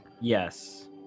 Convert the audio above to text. yes